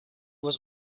was